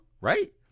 Right